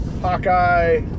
Hawkeye